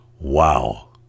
Wow